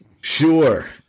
Sure